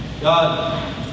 God